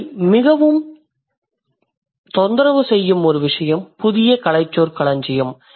உங்களை மிகவும் தொந்தரவு செய்யும் ஒரு விசயம் புதிய கலைச்சொற்களஞ்சியம்